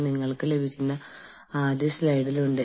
ഈ പുസ്തകങ്ങൾ ഞാൻ നിങ്ങൾക്ക് കാണിച്ചുതന്നിട്ടുണ്ട്